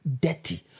dirty